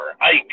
Ike